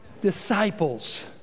disciples